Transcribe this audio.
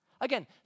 Again